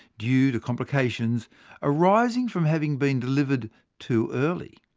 due to complications arising from having been delivered too early.